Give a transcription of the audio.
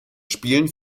spielen